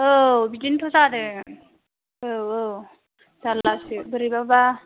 औ बिदिनोथ' जादों औ औ जारलासो बोरैबाबा